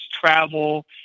travel